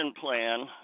plan